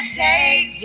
take